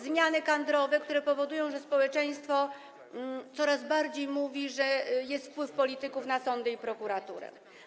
Zmiany kadrowe, które powodują, że społeczeństwo coraz głośniej mówi, że jest wpływ polityków na sądy i prokuratury.